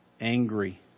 angry